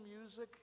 music